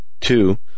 Two